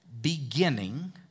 beginning